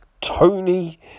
Tony